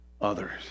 others